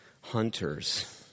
hunters